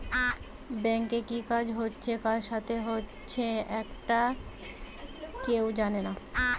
ব্যাংকে কি কাজ হচ্ছে কার সাথে হচ্চে একটা কেউ জানে না